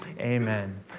Amen